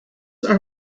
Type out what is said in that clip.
are